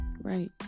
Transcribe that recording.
Right